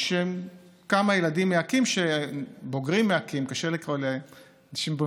יש כמה ילדים מאקי"ם, בוגרים מאקי"ם,